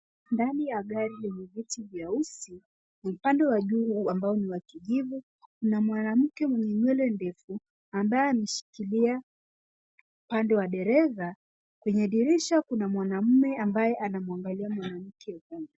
Ndani ya gari lenye viti vyeusi, upande wa juu ambao ni wa kijivu lina mwanamke mwenye nywele ndefu ambaye ameshikilia pande la dereva. Kwenye dirisha kuna mwanaume ambaye anaangalia mwanamke huyo.